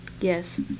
Yes